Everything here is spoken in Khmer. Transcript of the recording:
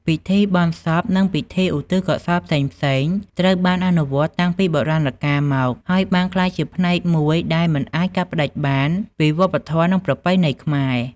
ពិធីបុណ្យសព និងពិធីឧទ្ទិសកុសលផ្សេងៗ ត្រូវបានអនុវត្តន៍តាំងពីបុរាណកាលមក ហើយបានក្លាយជាផ្នែកមួយដែលមិនអាចកាត់ផ្តាច់បានពីវប្បធម៌ និងប្រពៃណីខ្មែរ។